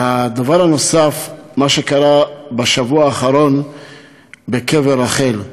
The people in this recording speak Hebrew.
הדבר הנוסף, מה שקרה בשבוע האחרון בקבר רחל.